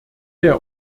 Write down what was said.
der